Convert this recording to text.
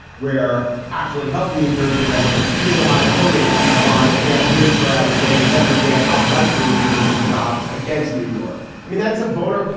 where actually helping new jersey residents, even though my opponent on the campaign trail is saying every day i'll fight for new jersey's jobs against new york. i mean, that's a voter.